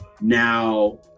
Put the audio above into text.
now